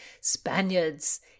Spaniards